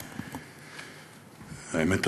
האמת,